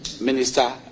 minister